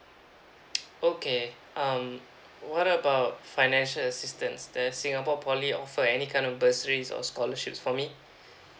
okay um what about uh financial assistance does singapore poly offer any kind of bursaries or scholarships for me